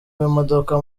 w’imodoka